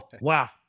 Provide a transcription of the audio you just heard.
wow